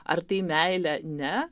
ar tai meilė ne